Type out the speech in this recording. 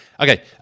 Okay